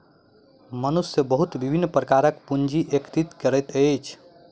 मनुष्य बहुत विभिन्न प्रकारक पूंजी एकत्रित करैत अछि